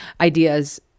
ideas